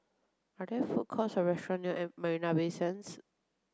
are there food courts or restaurants near Marina Bay Sands